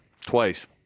Twice